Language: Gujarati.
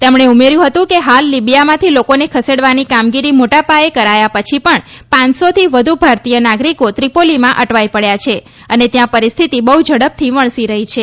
તેમણે ઉમેર્યુ હતું કે હાલ લીબીયામાંથી લોકોને ખસેડવાની કામગીરી મોટા પાયે કરાયા પછી પણ પાંચસોથી વધુ ભારતીય નાગરીકો ત્રિપોલીમાં અટવાઈ પડયા છે અને ત્યાં પરિસ્થિતિ બહુ ઝડપથી વણસી રહી છે